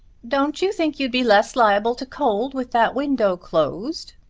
don't you think you'd be less liable to cold with that window closed?